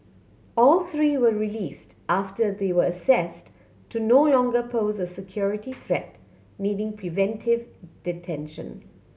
all three were released after they were assessed to no longer pose a security threat needing preventive detention